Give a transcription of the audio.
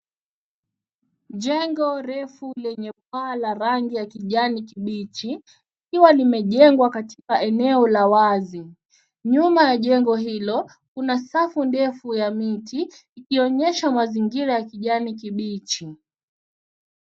Jengo refu lenye paa la rangi ya kijani kibichi ,likiwa limejengwa katika eneo la wazi. Nyuma ya jengo hilo kuna safu ndefu ya miti ikionyesha mazingira ya kijani kibichi.